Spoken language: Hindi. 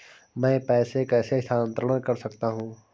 मैं पैसे कैसे स्थानांतरण कर सकता हूँ?